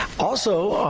also,